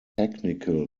technical